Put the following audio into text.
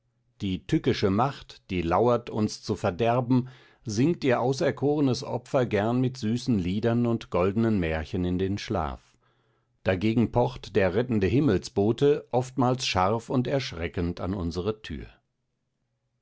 die tückische macht die lauert uns zu verderben singt ihr auserkornes opfer gern mit süßen liedern und goldnen märchen in den schlaf dagegen pocht der rettende himmelsbote oftmals scharf und erschreckend an unsre tür